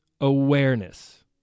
awareness